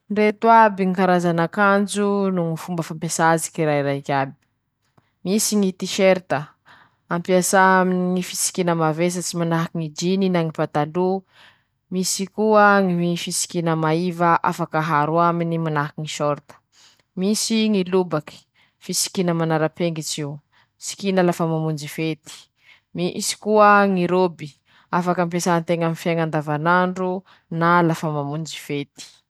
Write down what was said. Reto aby ñy karazan-dapoaly aminy ñy kasirôly noho ñy fomba fampiasa ñ'azy, misy i ñy lapoaly mahery iketreha hena na atoly ;misy ñy lapoaly sosotsa iketreha ñy sôsy sôte ;misy koa ñy karazany ñy kasrôly tavoangy, añajaria hany manahaky ñy lasopy, misy ñy kasrôly soite ampiasa aminy ñy fiketreha ragô.